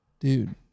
Dude